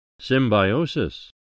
Symbiosis